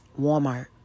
Walmart